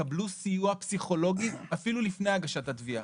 יקבלו סיוע פסיכולוגי אפילו לפני הגשת התביעה.